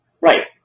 Right